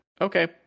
okay